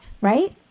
right